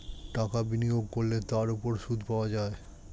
টাকা বিনিয়োগ করলে তার উপর সুদ পাওয়া যায়